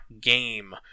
game